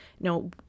no